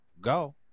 go